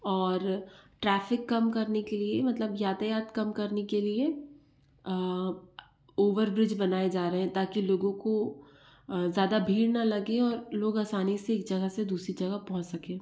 और ट्रैफिक कम करने के लिए मतलब यातायात कम करने के लिए ओवर ब्रिज बनाए जा रहे हैं ताकि लोगों को ज़्यादा भीड़ न लगे और लोग आसानी से एक जगह से दूसरी जगह पहुंच सके